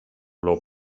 los